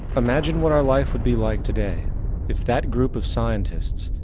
imagine what our life would be like today if that group of scientists,